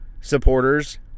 supporters